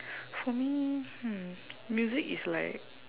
for me hmm music is like